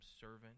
servant